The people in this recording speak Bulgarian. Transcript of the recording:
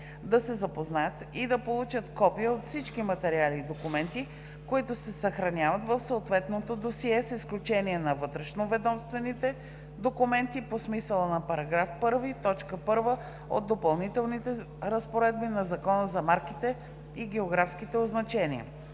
да се запознаят и да получат копия от всички материали и документи, които се съхраняват в съответното досие, с изключение на вътрешноведомствените документи по смисъла на § 1, т. 1 от допълнителните разпоредби на Закона за марките и географските означения.